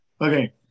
Okay